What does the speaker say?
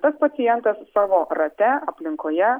tas pacientas savo rate aplinkoje